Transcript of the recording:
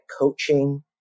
coaching